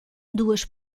duas